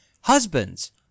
Husbands